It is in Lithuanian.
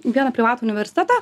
vieną privatų universitetą